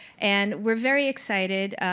and we're very excited.